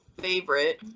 favorite